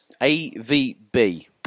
A-V-B